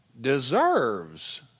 deserves